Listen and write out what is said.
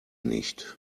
nicht